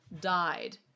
died